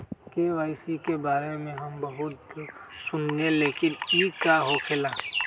KYC के बारे में हम बहुत सुनीले लेकिन इ का होखेला?